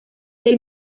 del